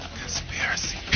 conspiracy